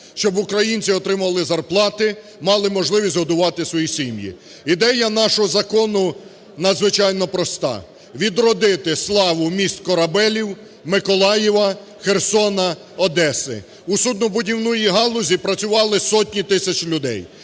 щоб українці отримували зарплати, мали можливість годувати свої сім'ї. Ідея нашого закону надзвичайно проста: відродити славу міст-корабелів Миколаєва, Херсона, Одеси. У суднобудівній галузі працювали сотні тисяч людей.